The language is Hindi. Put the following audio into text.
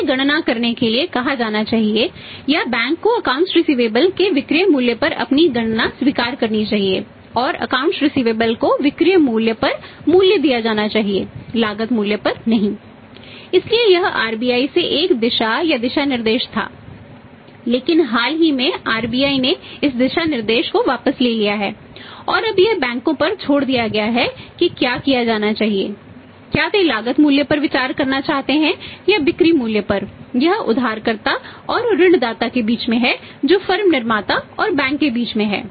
उसे गणना करने के लिए कहा जाना चाहिए या बैंक को अकाउंट्स रिसिवेबलस निर्माता और बैंक के बीच है